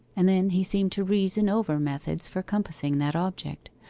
and then he seemed to reason over methods for compassing that object,